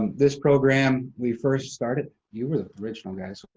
this program, we first started, you were the original guy, so. but